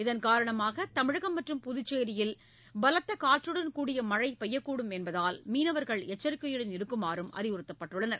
இதன் காரணமாக தமிழகம் மற்றும் புதுச்சேரியில் பலத்த காற்றுடன் கூடிய மழை பெய்யக் கூடும் என்பதால் மீனவர்கள் எச்சரிக்கையுடன் இருக்குமாறு அறிவுறுத்தப்பட்டுள்ளனர்